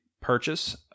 purchase